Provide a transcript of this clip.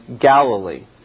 Galilee